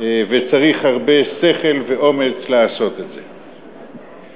וצריך הרבה שכל ואומץ לעשות את זה.